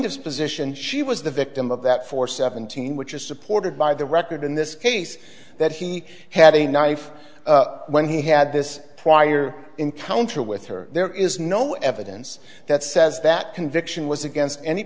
plaintiff's position she was the victim of that for seventeen which is supported by the record in this case that he had a knife when he had this prior encounter with her there is no evidence that says that conviction was against any